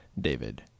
David